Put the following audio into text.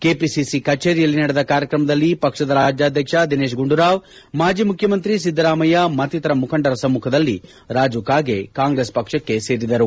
KPCC ಕಚೇರಿಯಲ್ಲಿ ನಡೆದ ಕಾರ್ಯಕ್ರಮದಲ್ಲಿ ಪಕ್ಷದ ಕಾಜ್ಯಾಧ್ವಕ್ಷ ದಿನೇತ್ ಗುಂಡೂರಾವ್ ಮಾಜಿ ಮುಖ್ಯಮಂತ್ರಿ ಸಿದ್ದರಾಮಯ್ಯ ಮತ್ತಿತರ ಮುಖಂಡರ ಸಮ್ಮುಖದಲ್ಲಿ ರಾಜು ಕಾಗೆ ಕಾಂಗ್ರೆಸ್ ಪಕ್ಷಕ್ಕೆ ಸೇರಿದರು